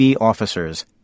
Officers